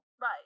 right